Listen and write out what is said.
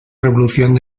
revolución